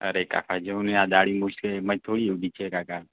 અરે કાકા જો ને આ દાઢી મૂંછ કંઈ એમ જ થોડી ઉગી છે કાકા